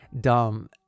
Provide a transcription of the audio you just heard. dumb